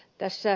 tässä